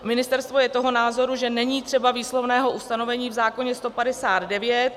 Ministerstvo je toho názoru, že není třeba výslovného ustanovení v zákoně 159.